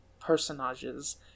personages